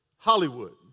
Hollywood